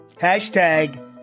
Hashtag